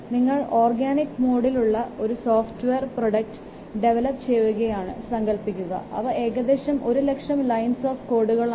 നിങ്ങൾ ഓർഗാനിക് മോഡിലുള്ള ഒരു സോഫ്റ്റ്വെയർ പ്രോഡക്ട് ഡെവലപ്പ് ചെയ്യുകയാണ് സങ്കൽപ്പിക്കുക അവ ഏകദേശം ഒരു ലക്ഷം ലൈൻസ് ഓഫ് കോഡുകളാണ്